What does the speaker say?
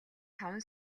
таван